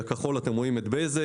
הכחול, אתם רואים את בזק.